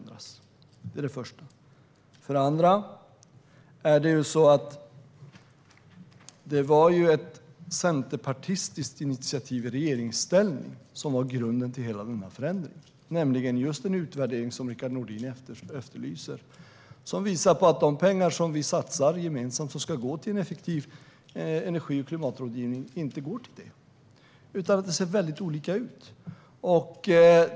Det är dessutom ett centerpartistiskt initiativ, från då Centerpartiet var i regeringsställning, som ligger till grund för hela den här förändringen, nämligen just en utvärdering, vilket är vad Rickard Nordin efterlyser. Den utvärderingen visade att de pengar som vi satsar gemensamt för att de ska gå till en effektiv energi och klimatrådgivning inte går till det. Det ser väldigt olika ut.